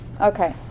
okay